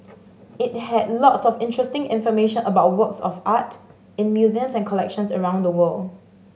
it had lots of interesting information about works of art in museums and collections around the world